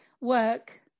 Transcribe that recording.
work